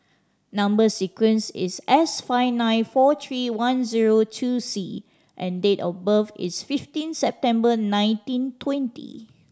number sequence is S five nine four three one zero two C and date of birth is fifteen September nineteen twenty